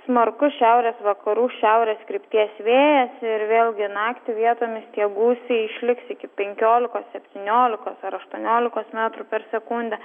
smarkus šiaurės vakarų šiaurės krypties vėjas ir vėlgi naktį vietomis gūsiai išliks iki penkiolikos septyniolikos aštuoniolikos metrų per sekundę